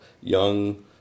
Young